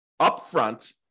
upfront